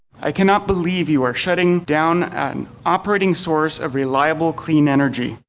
i cannot believe you are shutting down an operating source of reliable clean energy.